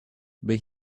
but